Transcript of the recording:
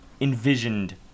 envisioned